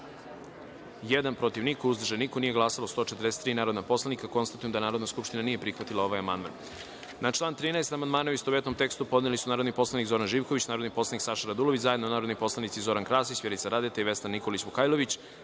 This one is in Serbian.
protiv – niko, uzdržanih – nema, nisu glasala 142 narodna poslanika. Konstatujem da Narodna skupština nije prihvatila ovaj amandman. Na član 25. amandmane, u istovetnom tekstu, podneli su narodni poslanik Zoran Živković, narodni poslanik Saša Radulović, zajedno narodni poslanici Zoran Krasić, Vjerica Radeta i Petar Jojić,